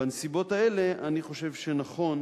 בנסיבות האלה, אני חושב שנכון